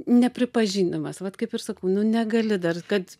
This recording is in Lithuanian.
nepripažinimas vat kaip ir sakau nu negali dar kad